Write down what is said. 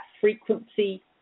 frequency